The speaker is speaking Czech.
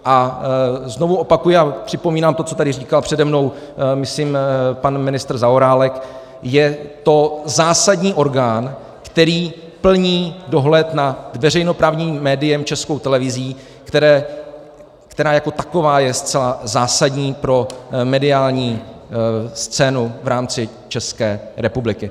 A znovu opakuji a připomínám to, co tady říkal přede mnou, myslím, pan ministr Zaorálek: je to zásadní orgán, který plní dohled nad veřejnoprávním médiem, Českou televizí, která jako taková je zcela zásadní pro mediální scénu v rámci České republiky.